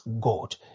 God